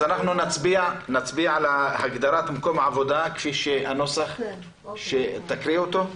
אז אנחנו נצביע על הגדרת מקום לפי הנוסח שתקריאי אותו.